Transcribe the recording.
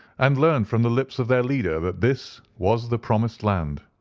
and learned from the lips of their leader that this was the promised land,